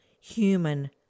human